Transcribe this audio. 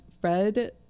Fred